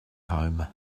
home